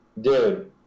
dude